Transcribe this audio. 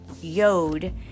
yod